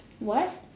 what